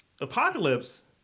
apocalypse